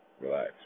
relax